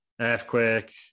Earthquake